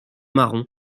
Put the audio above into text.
marron